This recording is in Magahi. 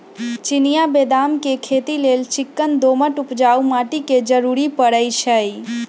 चिनियाँ बेदाम के खेती लेल चिक्कन दोमट उपजाऊ माटी के जरूरी पड़इ छइ